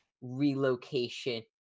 relocation